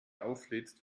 auflädst